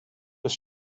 was